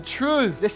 truth